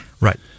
Right